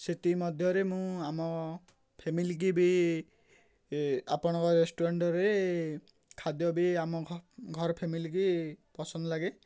ସେଥିମଧ୍ୟରେ ମୁଁ ଆମ ଫ୍ୟାମିଲି କି ବି ଆପଣଙ୍କ ରେଷ୍ଟୁରାଣ୍ଟରେ ଖାଦ୍ୟ ବି ଆମ ଘର ଫ୍ୟାମିଲି କି ପସନ୍ଦ ଲାଗେ